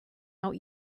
out